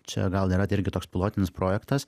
čia gal yra irgi toks pilotinis projektas